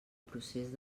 procés